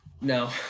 No